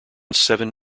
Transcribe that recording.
seven